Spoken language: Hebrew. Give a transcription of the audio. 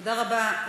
תודה רבה.